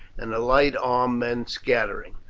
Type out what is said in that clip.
and the light armed men scattering.